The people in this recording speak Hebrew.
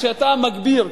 כשאתה מגביר,